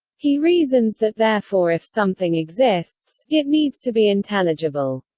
he reasons that therefore if something exists, it needs to be intelligible.